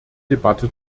debatte